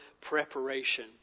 preparation